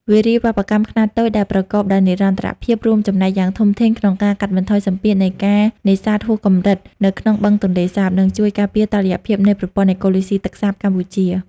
វារីវប្បកម្មខ្នាតតូចដែលប្រកបដោយនិរន្តរភាព រួមចំណែកយ៉ាងធំធេងក្នុងការកាត់បន្ថយសម្ពាធនៃការនេសាទហួសកម្រិតនៅក្នុងបឹងទន្លេសាប និងជួយការពារតុល្យភាពនៃប្រព័ន្ធអេកូឡូស៊ីទឹកសាបកម្ពុជា។